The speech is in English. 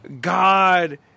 God